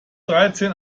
dreizehn